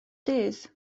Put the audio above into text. dydd